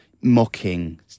mocking